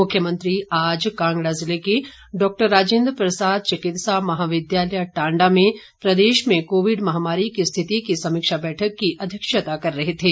मुख्यमंत्री आज कांगड़ा जिले के डॉ राजेन्द्र प्रसाद चिकित्सा महाविद्यालय टांडा के परिसर में प्रदेश में कोविड महामारी की स्थिति की समीक्षा बैठक की अध्यक्षता कर रहे थे